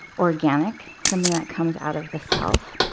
organic, something that comes out of the self.